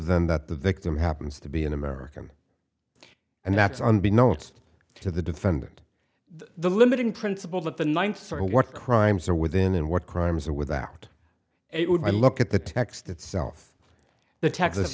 than that the victim happens to be an american and that's unbeknown to the defendant the limiting principle that the ninth for war crimes are within and what crimes are without it would look at the text itself the texas